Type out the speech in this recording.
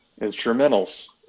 instrumentals